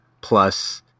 plus